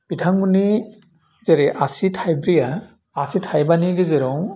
बिथांमोननि जेरै आसि थाइ्ब्रैया आसि थाइबानि गेजेराव